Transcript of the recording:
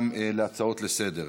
גם להצעות לסדר-היום.